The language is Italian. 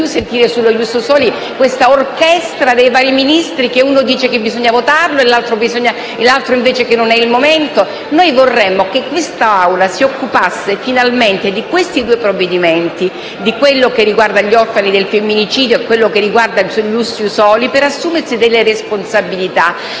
sentire, sullo *ius soli*, questa orchestra dei vari Ministri, in cui uno dice che bisogna votarlo e l'altro che invece non è il momento. Noi vorremmo che quest'Aula si occupasse finalmente di questi due provvedimenti, quello che riguarda gli orfani del femminicidio e quello che riguarda lo *ius soli*, per assumersi delle responsabilità,